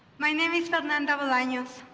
my name is fernanda bolanos,